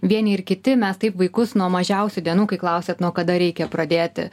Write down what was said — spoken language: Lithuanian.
vieni ir kiti mes taip vaikus nuo mažiausių dienų kai klausiat nuo kada reikia pradėti